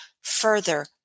further